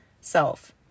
self